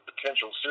potential